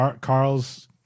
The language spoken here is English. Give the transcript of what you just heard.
Carl's